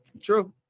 True